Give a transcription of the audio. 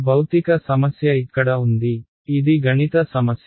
భౌతిక సమస్య ఇక్కడ ఉంది ఇది గణిత సమస్య